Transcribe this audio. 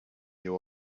you